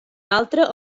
altre